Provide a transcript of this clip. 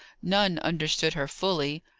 none understood her fully.